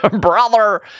brother